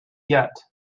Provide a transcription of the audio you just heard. yet